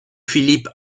philip